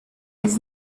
his